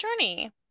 journey